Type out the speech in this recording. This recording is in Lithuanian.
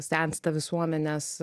sensta visuomenės